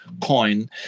coin